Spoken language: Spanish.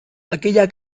aquella